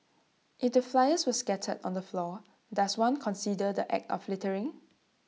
IT the flyers were scattered on the floor does one consider the act of littering